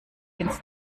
ins